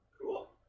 Cool